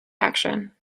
action